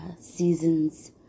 season's